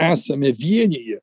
esame vienyje